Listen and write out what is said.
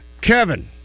Kevin